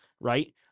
Right